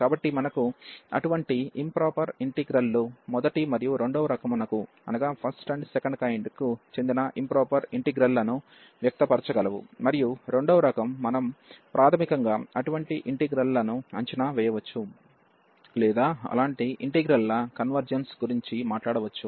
కాబట్టి మనకు అటువంటి ఇంప్రాపర్ ఇంటిగ్రల్ లు మొదటి మరియు రెండవ రకమునకు చెందిన ఇంప్రాపర్ ఇంటిగ్రల్ లను వ్యక్తపరచగలవు మరియు రెండవ రకం మనం ప్రాథమికంగా అటువంటి ఇంటిగ్రల్ లను అంచనా వేయవచ్చు లేదా అలాంటి ఇంటిగ్రల్ ల కన్వెర్జెన్స్ గురించి మాట్లాడవచ్చు